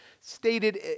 stated